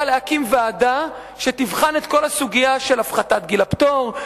להקים ועדה שתבחן את כל הסוגיה של הפחתת גיל הפטור,